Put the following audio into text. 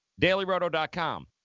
DailyRoto.com